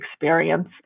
experience